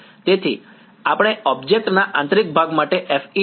તેથી આપણે ઑબ્જેક્ટ ના આંતરિક ભાગ માટે FEM નો ઉપયોગ કરવા માંગીએ છીએ